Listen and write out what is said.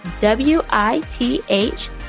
W-I-T-H